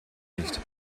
nicht